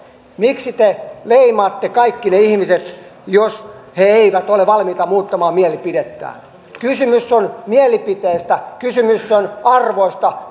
miksi te leimaatte kaikki ne ihmiset jotka eivät ole valmiita muuttamaan mielipidettään kysymys on mielipiteestä kysymys on arvoista